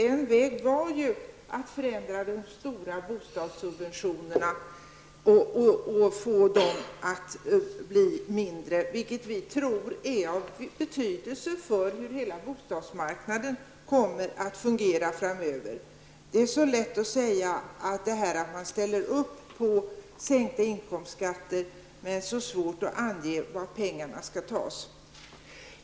En väg var att förändra de stora bostadssubventionerna, vilket vi tror är av betydelse för hur hela bostadsmarknaden kommer att fungera framöver. Det är så lätt att säga att man ställer upp på sänkta inkomstskatter men så svårt att ange varifrån pengarna skall tas.